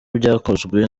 byakozwe